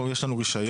יש לנו רישיון.